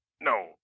No